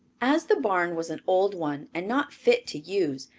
as the barn was an old one and not fit to use,